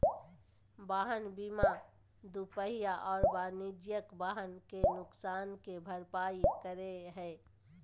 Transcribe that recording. वाहन बीमा दूपहिया और वाणिज्यिक वाहन के नुकसान के भरपाई करै हइ